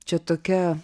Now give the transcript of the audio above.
čia tokia